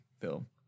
film